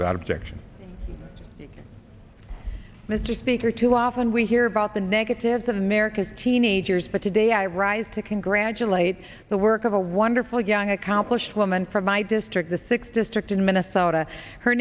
objection mr speaker too often we hear about the negatives of america's teenagers but today i rise to congratulate the work of a wonderful young accomplished woman from my district the sixth district in minnesota her